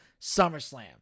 SummerSlam